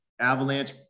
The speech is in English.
avalanche